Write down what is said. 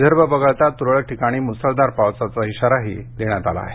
विदर्भ वगळता त्रळक ठिकाणी मुसळधार पावसाचा इशारा देण्यात आला आहे